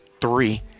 three